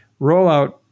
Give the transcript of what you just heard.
rollout